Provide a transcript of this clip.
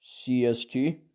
CST